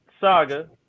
Saga